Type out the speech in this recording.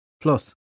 Plus